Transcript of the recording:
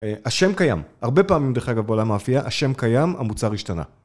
השם קיים. הרבה פעמים, דרך אגב, בעולם האפייה, השם קיים, המוצר השתנה.